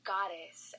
goddess